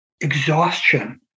exhaustion